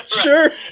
Sure